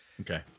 Okay